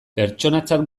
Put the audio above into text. pertsonatzat